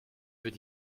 veut